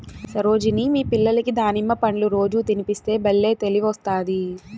సరోజిని మీ పిల్లలకి దానిమ్మ పండ్లు రోజూ తినిపిస్తే బల్లే తెలివొస్తాది